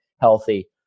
healthy